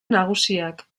nagusiak